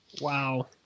Wow